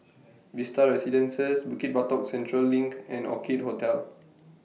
Vista Residences Bukit Batok Central LINK and Orchid Hotel